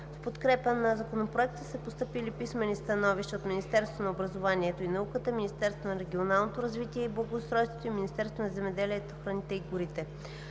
В подкрепа на Законопроекта са постъпили писмени становища от Министерството на образованието и науката, Министерството на регионалното развитие и благоустройството и Министерството на земеделието, храните и горите.